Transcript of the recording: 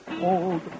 Old